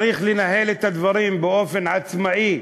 צריך לנהל את הדברים באופן עצמאי